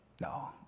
No